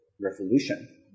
revolution